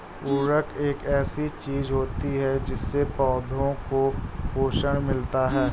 उर्वरक एक ऐसी चीज होती है जिससे पौधों को पोषण मिलता है